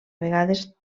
vegades